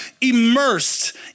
immersed